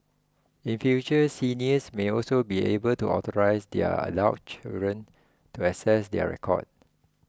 in future seniors may also be able to authorise their adult children to access their records